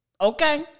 Okay